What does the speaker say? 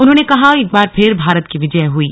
उन्होंने कहा एक बार फिर भारत की विजय हुई